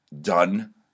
done